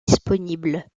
disponibles